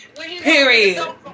Period